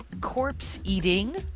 corpse-eating